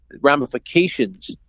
ramifications